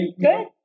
Good